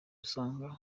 usanga